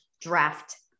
Draft